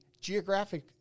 geographic